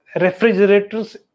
refrigerators